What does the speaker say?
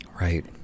Right